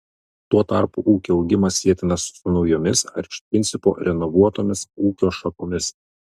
tuo tarpu ūkio augimas sietinas su naujomis ar iš principo renovuotomis ūkio šakomis